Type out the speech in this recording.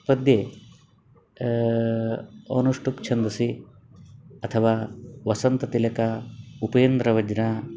पद्ये अनुष्टुप् छन्दसि अथवा वसन्ततिलका उपेन्द्रवज्रा